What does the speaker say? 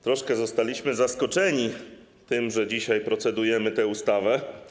Troszkę zostaliśmy zaskoczeni tym, że dzisiaj procedujemy nad tą ustawą.